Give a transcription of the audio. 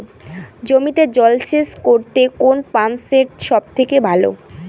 জমিতে জল সেচ করতে কোন পাম্প সেট সব থেকে ভালো?